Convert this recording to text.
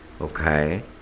Okay